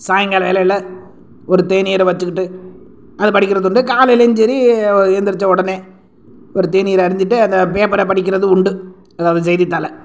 சாய்ங்கால வேளையில் ஒரு தேநீரை வச்சிக்கிட்டு அதை படிக்கிறது உண்டு காலையிலையும் சரி எந்திரிச்சவொடனே ஒரு தேநீரை அருந்திட்டு அந்த பேப்பரை படிக்கிறது உண்டு அதாவது செய்தித்தாளை